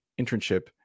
internship